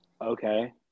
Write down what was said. Okay